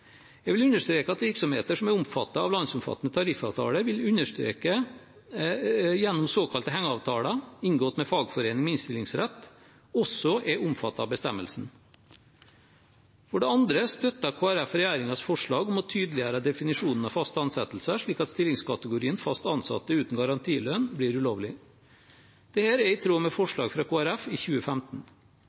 Jeg vil understreke at virksomheter som er omfattet av en landsomfattende tariffavtale gjennom såkalte hengeavtaler inngått med en fagforening med innstillingsrett, også er omfattet av bestemmelsen. For det andre støtter Kristelig Folkeparti regjeringens forslag om å tydeliggjøre definisjonen av faste ansettelser, slik at stillingskategorien «fast ansettelse uten garantilønn» blir ulovlig. Dette er i tråd med forslag fra Kristelig Folkeparti i 2015.